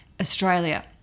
Australia